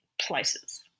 places